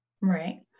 right